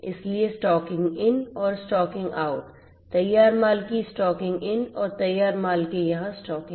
इसलिए stocking in और stocking out तैयार माल की स्टॉकिंग इन और तैयार माल के यहाँ स्टॉकिंग